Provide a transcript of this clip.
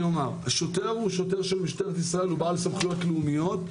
השוטר הוא שוטר של משטרת ישראל והוא בעל סמכויות לאומיות.